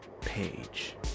page